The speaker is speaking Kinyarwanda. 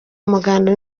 umuganda